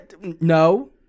No